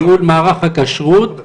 ייעול מערך הכשרות,